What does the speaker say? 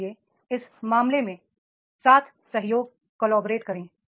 इसलिए इस मामले में साथ सहयोग करें